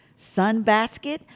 Sunbasket